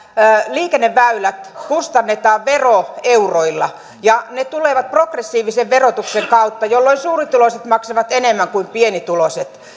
liikenneväylät kustannetaan veroeuroilla ja ne tulevat progressiivisen verotuksen kautta jolloin suurituloiset maksavat enemmän kuin pienituloiset